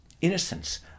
innocence